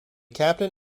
captain